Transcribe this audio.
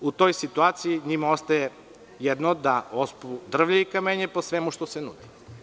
U toj situaciji njima ostaje da ospu drvlje i kamenje po svemu što se nudi.